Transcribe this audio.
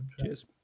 Cheers